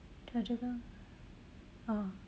chua-chu-kang oh